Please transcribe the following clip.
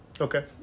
okay